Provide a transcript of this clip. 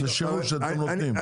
זה שירות שאתם נותנים.